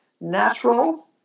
natural